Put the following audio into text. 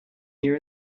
here